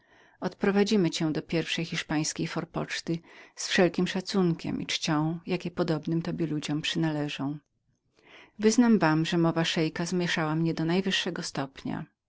okupu odprowadzimy cię do pierwszej hiszpańskiej forpoczty z wszelkim szacukiemszacunkiem i czcią jakie podobnym tobie ludziom przynależą wyznam wam że mowa ta szeika zmieszała mnie do najwyższego stopnia